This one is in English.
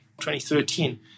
2013